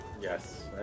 yes